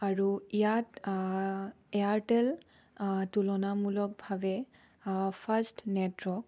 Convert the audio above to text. আৰু ইয়াত এয়াৰটেল তুলনামূলকভাৱে ফাষ্ট নেটৱৰ্ক